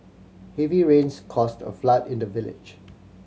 heavy rains caused a flood in the village